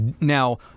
Now